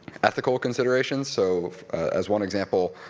ethical considerations. so as one example,